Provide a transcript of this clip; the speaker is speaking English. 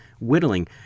whittling